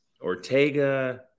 Ortega